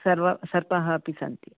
सर्व सर्पाः अपि सन्ति